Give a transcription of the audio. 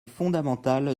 fondamental